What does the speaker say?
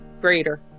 greater